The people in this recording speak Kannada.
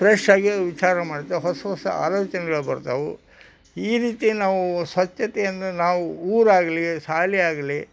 ಫ್ರೆಶ್ ಆಗಿ ವಿಚಾರ ಮಾಡುತ್ತೆ ಹೊಸ ಹೊಸ ಆಲೋಚನೆಗಳು ಬರ್ತಾವೆ ಈ ರೀತಿ ನಾವು ಸ್ವಚ್ಛತೆಯನ್ನು ನಾವು ಊರಾಗಲಿ ಶಾಲೆಯಾಗಲಿ